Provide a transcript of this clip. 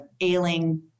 ailing